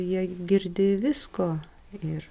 jie girdi visko ir